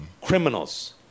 criminals